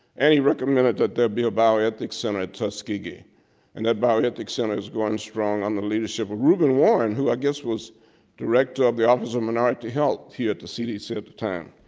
and he recommended that there be a bioethics center at tuskegee and that bioethics center is going strong under um the leadership of reuben warren who i guess was director of the office of minority health, here at the cdc at the time.